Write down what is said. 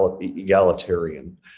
egalitarian